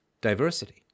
diversity